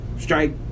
Strike